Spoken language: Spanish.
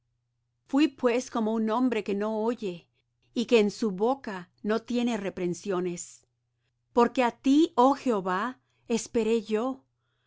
fuí pues como un hombre que no oye y que en su boca no tiene reprensiones porque á ti oh jehová esperé yo